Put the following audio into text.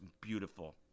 Beautiful